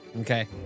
Okay